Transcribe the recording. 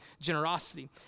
generosity